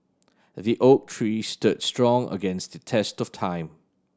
the oak tree stood strong against the test of time